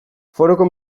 foroko